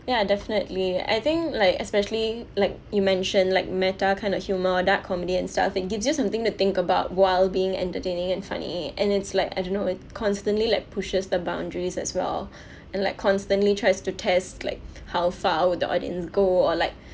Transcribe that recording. ya definitely I think like especially like you mentioned like meta kind of humor dark comedy and stuff it gives you something to think about while being entertaining and funny and it's like I don't know it constantly like pushes the boundaries as well and like constantly tries to test like how far will the audience go or like